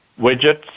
widgets